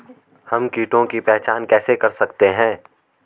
हम कीटों की पहचान कैसे कर सकते हैं?